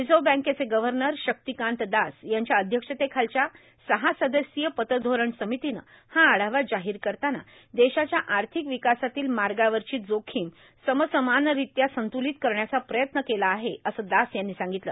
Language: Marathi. रिझव्र्ह बँकेचे गव्हर्नर शक्तीकांत दास यांच्या अध्यक्षतेखालच्या सहा सदस्यीय पतधोरण समितीनं हा आढावा जाहीर करताना देशाच्या आर्थिक विकासातील मार्गावरची जोखीम समसमानरीत्या संत्लित करण्याच प्रयत्न केला आहे असं दास यांनी सांगितलं